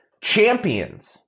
champions